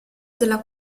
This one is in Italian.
della